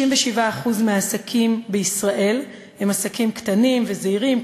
97% מהעסקים בישראל הם עסקים קטנים וזעירים,